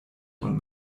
und